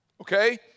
okay